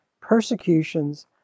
persecutions